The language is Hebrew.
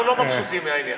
אנחנו לא מבסוטים מהעניין,